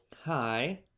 Hi